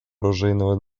оружейного